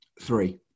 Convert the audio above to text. Three